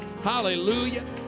Hallelujah